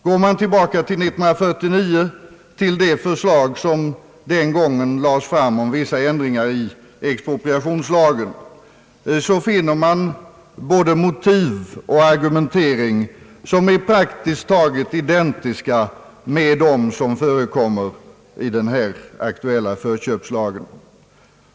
Går man tillbaka till det förslag som 1949 lades fram om vissa ändringar i expropriationslagen, finner man både motiv och argumenteringar som är praktiskt taget identiska med dem som förekommer i den här aktuella förköpslagen.